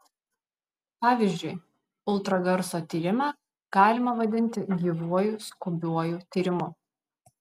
pavyzdžiui ultragarso tyrimą galima vadinti gyvuoju skubiuoju tyrimu